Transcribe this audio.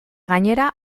gainera